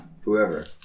whoever